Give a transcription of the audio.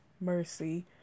mercy